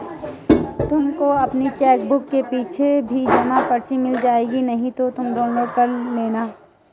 तुमको अपनी चेकबुक के पीछे भी जमा पर्ची मिल जाएगी नहीं तो तुम डाउनलोड कर लेना